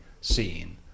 scene